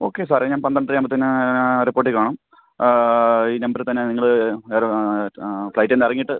okay സാറേ ഞാൻ പന്ത്രണ്ടരയാവുമ്പത്തേന് ഏർപ്പോട്ടീ കാണും ഈ നമ്പറ് തന്നെ നിങ്ങൾ വേറെ ഫ്ലൈറ്റേന്ന് ഇറങ്ങിയിട്ട്